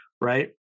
right